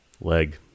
Leg